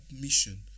mission